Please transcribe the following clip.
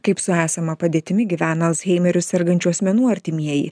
kaip su esama padėtimi gyvena alzheimeriu sergančių asmenų artimieji